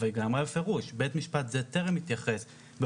אבל היא גם אמרה בפירוש: בית משפט זה טרם התייחס באופן